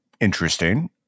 interesting